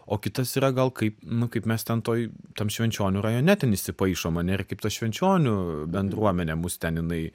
o kitas yra gal kaip nu kaip mes ten toj tam švenčionių rajone ten įsipaišom mane ir kaip ta švenčionių bendruomenė mus ten jinai